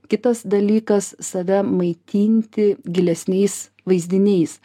kitas dalykas save maitinti gilesniais vaizdiniais